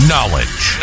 Knowledge